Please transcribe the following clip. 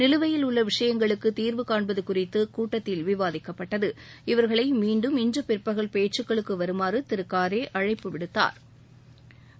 நிலுவையில் உள்ள விஷயங்களுக்கு தீர்வு காண்பது குறித்து கூட்டத்தில் விவாதிக்கப்பட்டது இவர்களை மீண்டும் இன்று பிற்பகல் பேச்சுக்களுக்கு வருமாறு திரு காரே அழைப்பு விடுத்தாா்